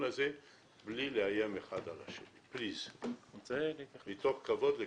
הזה בלי לאיים אחד על השני ומתוך כבוד לכולם.